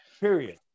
Period